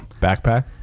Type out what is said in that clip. backpack